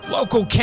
Local